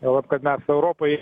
juolab kad mes europoj